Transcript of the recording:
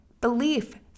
belief